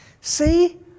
See